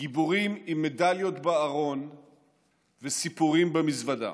גיבורים עם מדליות בארון וסיפורים במזוודה.